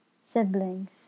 siblings